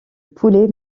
poulet